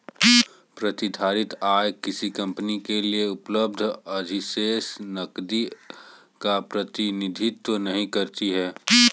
प्रतिधारित आय किसी कंपनी के लिए उपलब्ध अधिशेष नकदी का प्रतिनिधित्व नहीं करती है